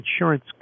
insurance